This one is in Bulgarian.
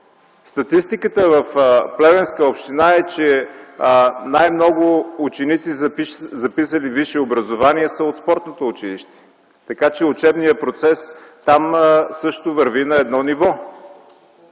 Статистиката в Плевенска община е, че най-много ученици записали висше образование са от спортното училище, така че учебният процес там също върви на едно ниво.